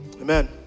Amen